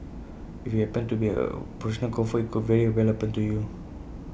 if happened to be A professional golfer IT could very well happen to you